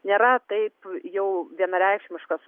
nėra taip jau vienareikšmiškas